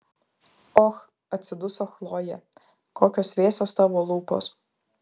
och atsiduso chlojė kokios vėsios tavo lūpos